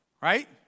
right